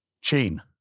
chain